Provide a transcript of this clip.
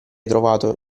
trovato